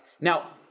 Now